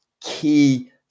key